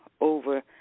over